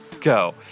go